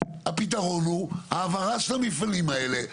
הפתרון הוא העברה של המפעלים האלה,